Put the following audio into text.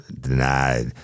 denied